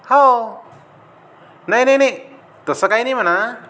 हो नाही नाही नाही तसं काय नाही म्हणा